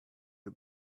you